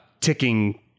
ticking